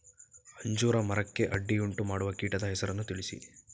ಅಂಜೂರ ಮರಕ್ಕೆ ಅಡ್ಡಿಯುಂಟುಮಾಡುವ ಕೀಟದ ಹೆಸರನ್ನು ತಿಳಿಸಿ?